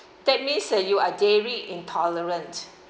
that means that you are dairy intolerant